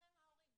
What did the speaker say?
איתכם ההורים.